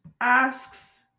asks